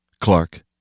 Clark